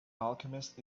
alchemist